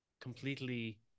completely